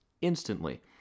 instantly